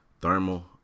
thermal